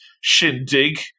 shindig